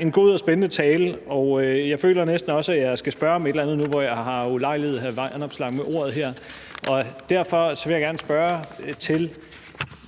en god og spændende tale, og jeg føler næsten også, jeg skal spørge om et eller andet nu, hvor jeg har ulejliget hr. Alex Vanopslagh med at tage ordet her. Derfor vil jeg gerne spørge: